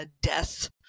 death